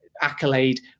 accolade